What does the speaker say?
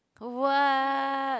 what